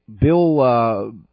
Bill